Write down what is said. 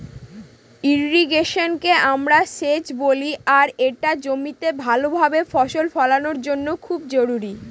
ইর্রিগেশনকে আমরা সেচ বলি আর এটা জমিতে ভাল ভাবে ফসল ফলানোর জন্য খুব জরুরি